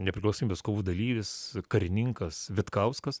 nepriklausomybės kovų dalyvis karininkas vitkauskas